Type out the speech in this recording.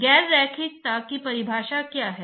तो यह x के बराबर है लेकिन y 0 के बराबर है